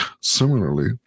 Similarly